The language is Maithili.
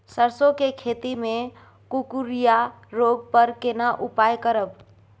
सरसो के खेती मे कुकुरिया रोग पर केना उपाय करब?